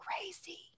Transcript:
crazy